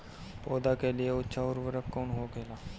पौधा के लिए अच्छा उर्वरक कउन होखेला?